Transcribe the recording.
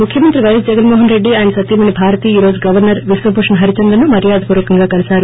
ముఖ్యమంత్రి వైఎస్ జగన్మోహన్రెడ్డి ఆయన సతీమణి భారతీ ఈ రోజు గవర్సర్ విశ్వభూషణ్ హరిచందన్ను మర్భాద పూర్వకంగా కలిశారు